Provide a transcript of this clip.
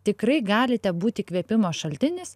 tikrai galite būt įkvėpimo šaltinis